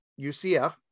UCF